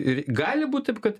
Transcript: ir gali būt taip kad